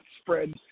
spread